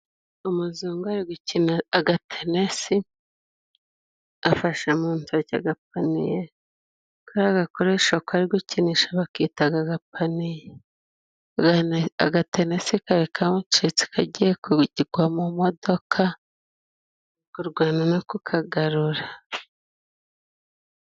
Umuzungu ari gukina agatenesi, afashe muntoki agapaniye karagakoresho kari gukinisha bakitaga agapaniye, agatenese kari kamucitse kagiyekugwa mu modoka kurwana no kukagarura.